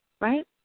right